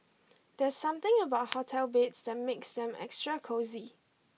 there's something about hotel beds that makes them extra cosy